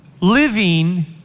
living